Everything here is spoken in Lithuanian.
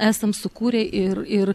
esam sukūrę ir ir